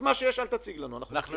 את מה שיש אל תציג לנו, אנחנו מכירים.